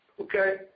okay